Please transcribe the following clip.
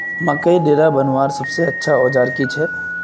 मकईर डेरा बनवार सबसे अच्छा औजार की छे?